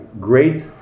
great